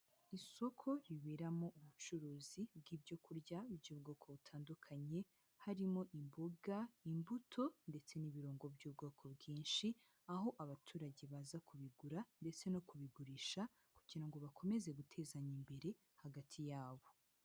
Isoko riberamo ubucuruzi bw'ibyo kurya by'ubwoko butandukanye, harimo imboga, imbuto ndetse n'ibirungo by'ubwoko bwinshi, aho abaturage baza kubigura ndetse no kubigurisha, kugira ngo bakomeze gutezanya imbere, hagati yabo.